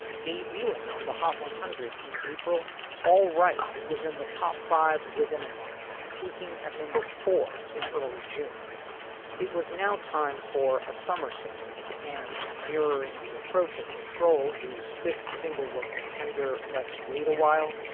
debuting on the hot one hundred in april all right was in the top five. within a month peaking at number four in early june it was now time for a summer single and mirroring the approach of control whose fifth single was the tender let's wait a while.